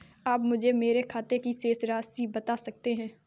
आप मुझे मेरे खाते की शेष राशि बता सकते हैं?